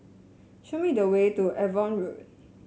show me the way to Avon Road